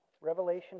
Revelation